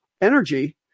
energy